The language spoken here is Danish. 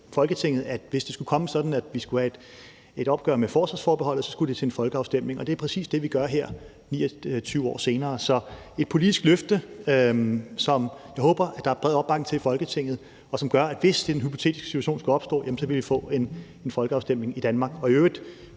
Folketinget, at hvis det skulle komme til, at vi skulle have et opgør med forsvarsforbeholdet, skulle det til en folkeafstemning. Det er præcis det, vi gør her 29 år senere. Så det er et politisk løfte, som jeg håber der er bred opbakning til i Folketinget, og som gør, at hvis den hypotetiske situation skulle opstå, vil vi få en folkeafstemning i Danmark. I øvrigt